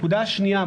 נקודה שנייה.